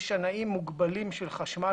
יש שנאים מוגבלים של חשמל,